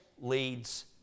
leads